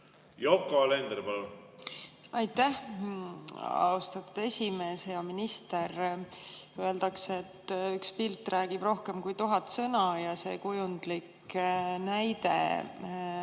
Yoko Alender, palun! Aitäh, austatud esimees! Hea minister! Öeldakse, et üks pilt räägib rohkem kui tuhat sõna, ja see kujundlik näide